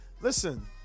listen